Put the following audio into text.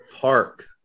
park